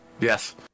yes